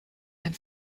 and